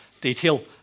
detail